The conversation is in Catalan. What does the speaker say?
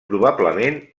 probablement